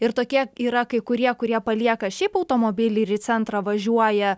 ir tokie yra kai kurie kurie palieka šiaip automobilį ir į centrą važiuoja